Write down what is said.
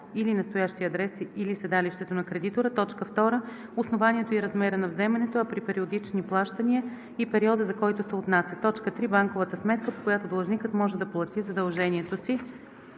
или настоящия адрес или седалището на кредитора; 2. основанието и размера на вземането, а при периодични плащания – и периода, за който се отнася; 3. банковата сметка, по която длъжникът може да плати задължението си;